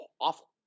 awful